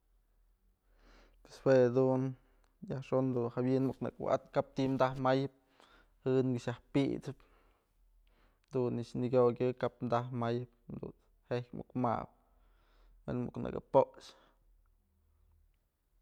Pues jue dun yajxon dun jawi'in muk nëkë wa'atëp kap ti'i taj mayëp jë këx yaj pisëp jadun nëkx nakyokyë kap taj mayëp dunt's jeik muk mabë we'en muk nëkë poxë.